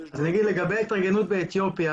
לגבי ההתארגנות באתיופיה,